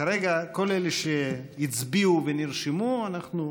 כרגע כל אלה שהצביעו ונרשמו, אנחנו סיימנו.